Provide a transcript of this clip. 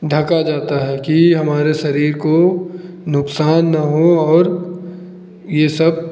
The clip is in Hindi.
ढका जाता है कि हमारे शरीर को नुकसान न हो और ये सब